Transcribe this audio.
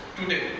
today